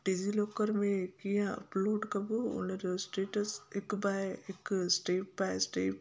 DigiLocker में कीअं upload कबो हुनजो स्टेट्स हिकु बाए हिकु स्टेप बाए स्टेप